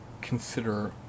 consider